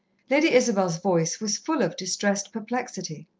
lady isabel's voice was full of distressed perplexity.